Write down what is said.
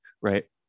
right